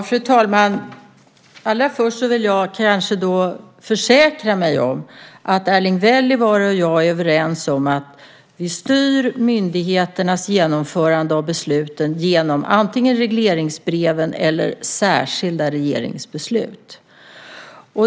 Fru talman! Allra först vill jag kanske försäkra mig om att Erling Wälivaara och jag är överens om att vi styr myndigheternas genomförande av besluten genom antingen regleringsbreven eller också särskilda regeringsbeslut.